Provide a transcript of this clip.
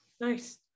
Nice